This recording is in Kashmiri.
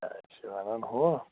اَتہِ چھُ ونُن ہُہ